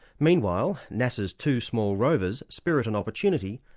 meanwhile, nasa's two small rovers, spirit and opportunity,